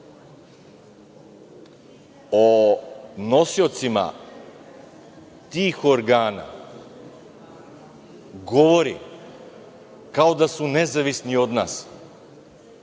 o nosiocima tih organa govori kao da su nezavisni od nas.